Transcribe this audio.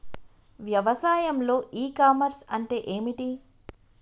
వ్యవసాయంలో e commerce అంటే ఏమిటి?